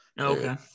okay